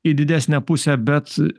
į didesnę pusę bet